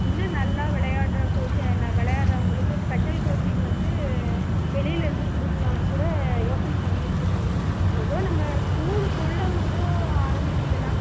இன்னும் நல்லா விளையாட்ற கோச்ச விளையாட்றவங்களுக்கு ஸ்பெஷல் கோச்சிங் வந்து வெளியிலருந்து கொடுக்கலான்னுக்கூட யோசனை பண்ணிக்கிட்டிருக்கோம் மேம் மொத நம்ம ஸ்கூலுகுள்ள மொத ஆரம்மிச்சிக்கிலாம்